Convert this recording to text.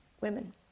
women